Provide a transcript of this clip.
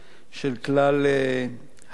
של כלל הבעלים,